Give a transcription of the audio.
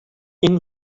این